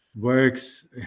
works